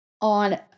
On